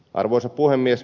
arvoisa puhemies